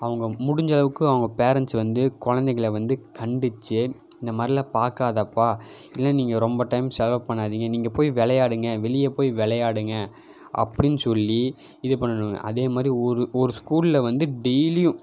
அவங்க முடிஞ்ச அளவுக்கு அவங்க பேரன்ட்ஸ் வந்து குழந்தைங்கள வந்து கண்டித்து இந்த மாதிரிலாம் பார்க்காதப்பா இதில் நீங்கள் ரொம்ப டைம் செலவு பண்ணாதீங்க நீங்கள் போய் விளையாடுங்க வெளியே போய் விளையாடுங்க அப்படின்னு சொல்லி இது பண்ணணும் அதே மாதிரி ஒரு ஒரு ஸ்கூலில் வந்து டெய்லியும்